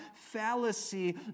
fallacy